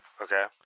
Okay